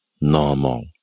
normal